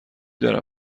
داره